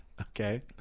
Okay